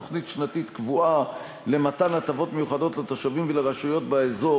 תוכנית שנתית קבועה למתן הטבות מיוחדות לתושבים ולרשויות באזור,